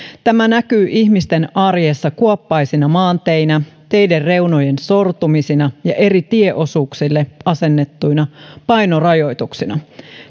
tämä näkyy ihmisten arjessa kuoppaisina maanteinä teiden reunojen sortumisina ja eri tieosuuksille asetettuina painorajoituksina